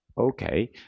Okay